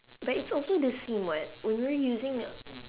but it's also the scene [what] when we're using a